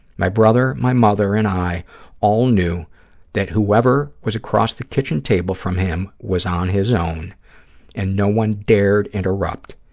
my brother, my mother and i all knew that whoever was across the kitchen table from him was on his own and no one dared interrupt.